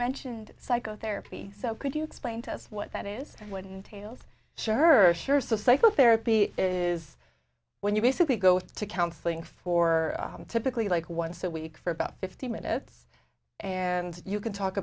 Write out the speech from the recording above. mentioned psychotherapy so could you explain to us what that is what entails schurz sure so psychotherapy is when you basically go to counselling for typically like once a week for about fifteen minutes and you can talk